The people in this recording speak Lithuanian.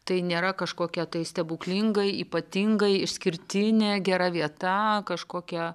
tai nėra kažkokia tai stebuklingai ypatingai išskirtinė gera vieta kažkokia